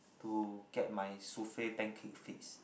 to get my souffle pancake fixed